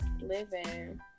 Living